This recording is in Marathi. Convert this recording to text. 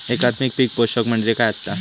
एकात्मिक पीक पोषण म्हणजे काय असतां?